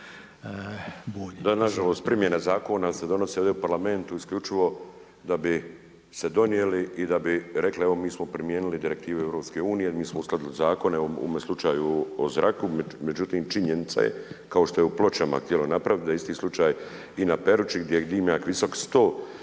Nažalost primjena zakona se donosi ovdje u Parlamentu isključivo da bi se donijeli i da bi rekli evo mi smo primijenili direktive EU, mi smo uskladili zakone u ovome slučaju o zraku, međutim činjenica je kao što je u Pločama htjelo napraviti da isti slučaj i na Peruči gdje je dimnjak visok 110m,